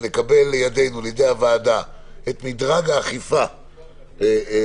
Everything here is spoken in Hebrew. שנקבל לידינו, לידי הוועדה, את מדרג האכיפה כתוב,